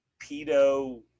pedo